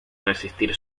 resistir